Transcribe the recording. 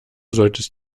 solltest